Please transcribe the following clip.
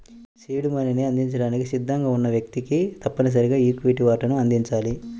seed మనీని అందించడానికి సిద్ధంగా ఉన్న వ్యక్తికి తప్పనిసరిగా ఈక్విటీ వాటాను అందించాలి